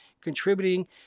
contributing